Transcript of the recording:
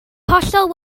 hollol